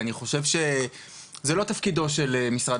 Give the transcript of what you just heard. כי אני חושב שזה לא תפקידו של המשרד